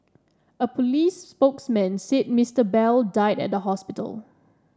a police spokesman said Mister Bell died at the hospital